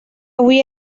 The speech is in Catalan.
avui